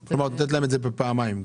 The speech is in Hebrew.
כלומר, את נותנת להם את זה בפעמיים גם?